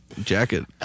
jacket